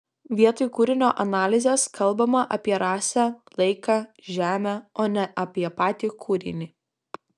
vietoj kūrinio analizės kalbama apie rasę laiką žemę o ne apie patį kūrinį